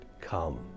come